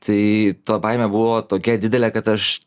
tai to baimė buvo tokia didelė kad aš